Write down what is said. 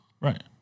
Right